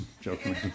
joking